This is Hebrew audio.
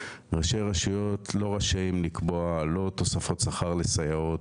ראשי רשויות לא רשאים לקבוע לא תוספות שכר לסייעות,